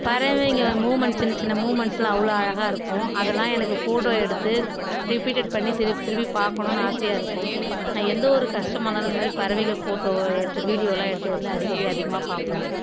பறவைங்கள் மூமண்ட் சின்ன சின்ன மூமண்ட்ஸ்லாம் அவ்வளோ அழகாக இருக்கும் அதெல்லாம் எனக்கு ஃபோட்டோ எடுத்து ரிப்பீட்டடு பண்ணி திருப்பி திருப்பி பார்க்கணுன்னு ஆசையாக இருக்கும் நான் எந்த ஒரு கஷ்டமாக இருந்தாலும் இந்த மாரி பறவைகள் ஃபோட்டோ எடுத்து வீடியோலாம் எடுத்து வந்து அடிக்கடி அதிகமாக பார்ப்பேன்